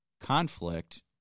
conflict